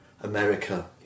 America